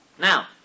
Now